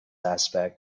aspect